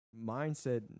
mindset